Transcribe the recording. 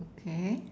okay